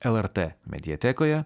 lrt mediatekoje